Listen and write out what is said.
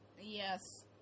Yes